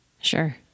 Sure